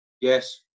Yes